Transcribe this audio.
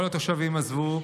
כל התושבים עזבו,